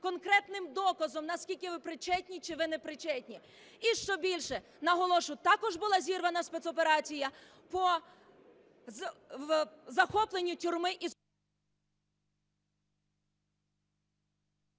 конкретним доказом, наскільки ви причетні чи ви не причетні. І, що більше, наголошу, також була зірвана спецоперація по захопленню тюрми…